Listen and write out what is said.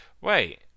Wait